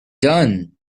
done